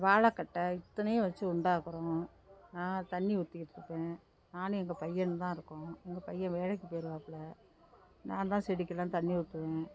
வாழக்கட்ட இத்தனையும் வச்சு உண்டாக்குகிறோம் நான் தண்ணி ஊற்றிக்கிட்ருக்கேன் நானும் எங்கள் பையனும் தான் இருக்கோம் எங்கள் பையன் வேலைக்குப் போயிடுவாப்ள நான்தான் செடிக்கெல்லாம் தண்ணி ஊற்றுவேன்